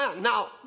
Now